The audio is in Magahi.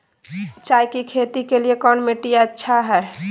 चाय की खेती के लिए कौन मिट्टी अच्छा हाय?